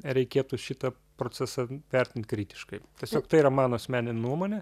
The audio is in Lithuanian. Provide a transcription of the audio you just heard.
reikėtų šitą procesą vertint kritiškai tiesiog tai yra mano asmeninė nuomonė